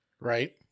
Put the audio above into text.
Right